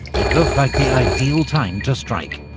it looked like the ideal time to strike.